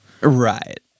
Right